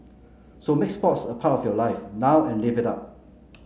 so make sports a part of your life now and live it up